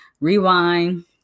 rewind